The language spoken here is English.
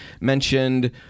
mentioned